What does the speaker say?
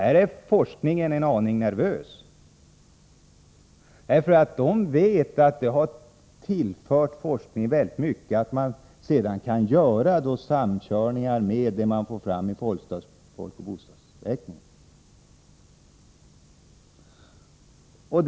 Här är forskningen en aning nervös, för man vet att detta har tillfört forskningen väldigt mycket fakta. Man kan göra samkörningar med det material som man får fram från — Nr 145 folkoch bostadsräkningar.